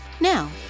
now